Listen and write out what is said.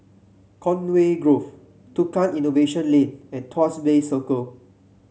Conway Grove Tukang Innovation Lane and Tuas Bay Circle